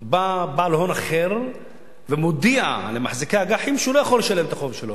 בא בעל הון אחר ומודיע למחזיקי אג"חים שהוא לא יכול לשלם את החוב שלו,